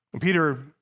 Peter